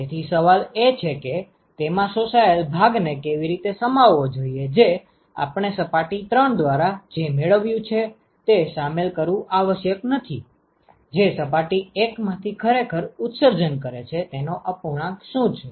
તેથી સવાલ એ છે કે તેમાં શોષાયેલ ભાગને કેવી રીતે સમાવવો જોઈએ જે આપણે સપાટી 3 દ્વારા જે મેળવ્યું છે તે શામેલ કરવું આવશ્યક નથી જે સપાટી 1 માંથી ખરેખર ઉત્સર્જન કરે છે તેનો અપૂર્ણાંક શું છે